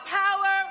power